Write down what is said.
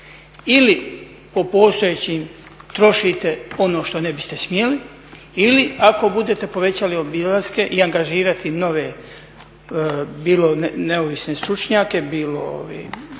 ili po postojećim trošite ono što ne biste smjeli ili ako budete povećali obilaske i angažirati nove neovisne stručnjake, bilo